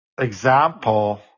example